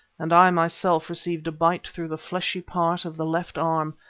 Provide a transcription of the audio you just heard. and i myself received a bite through the fleshy part of the left arm,